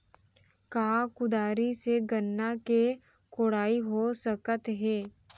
का कुदारी से गन्ना के कोड़ाई हो सकत हे?